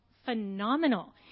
phenomenal